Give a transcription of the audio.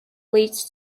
leads